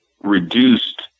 reduced